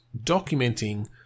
documenting